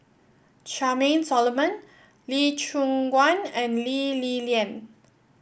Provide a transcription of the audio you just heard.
Charmaine Solomon Lee Choon Guan and Lee Li Lian